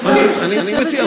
אני חושבת שזאת החלטה של ועדת,